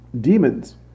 Demons